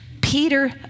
Peter